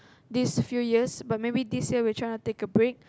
these few years but maybe this year we're tryna take a break